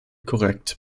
korrekt